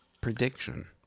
prediction